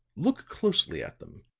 look closely at them.